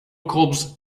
cobs